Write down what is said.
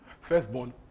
Firstborn